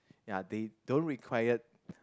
ya they don't required